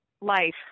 life